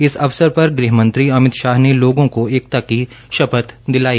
इस अवसर पर गृह मंत्री अमित शाह ने लोगों को एकता की शपथ दिलाई